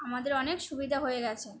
আমাদের অনেক সুবিধা হয়ে গিয়েছে